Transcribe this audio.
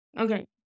Okay